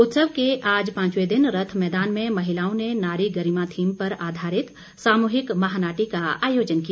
उत्सव के आज पांचवें दिन रथ मैदान में महिलाओं ने नारी गरिमा थीम पर आधारित सामूहिक महानाटी का आयोजन किया